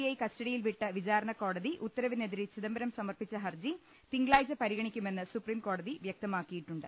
I കസ്റ്റഡിയിൽ വിട്ട വിചാരണക്കോടതി ഉത്തരവിനെതിരെ ചിദംബരം സമർപ്പിച്ച ഹർജി തിങ്കളാഴ്ച പരിഗ ണിക്കുമെന്ന് സുപ്രീംകോടതി വൃക്തമാക്കിയിട്ടുണ്ട്